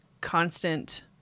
constant